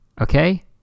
okay